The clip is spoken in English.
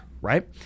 right